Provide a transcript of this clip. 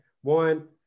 One